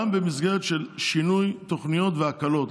גם במסגרת של שינוי תוכניות והקלות,